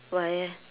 why eh